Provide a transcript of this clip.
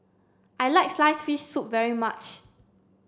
I like sliced fish soup very much